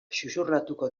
xuxurlatuko